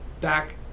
back